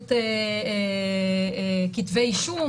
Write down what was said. באמצעות כתבי אישום.